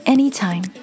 Anytime